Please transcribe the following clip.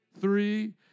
Three